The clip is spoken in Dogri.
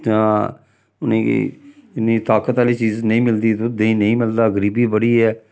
जां उ'नेंगी इन्नी ताकत आह्ली चीज नेईं मिलदी दुद्ध देहीं नेईं मिलदा गरीबी बड़ी ऐ